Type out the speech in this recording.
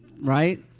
right